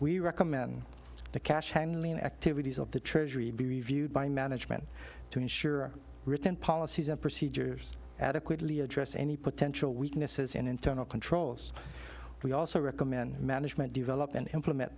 we recommend the cash family and activities of the treasury be reviewed by management to ensure written policies and procedures adequately address any potential weaknesses and internal controls we also recommend management develop and implement